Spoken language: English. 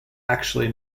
actually